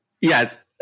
Yes